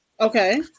Okay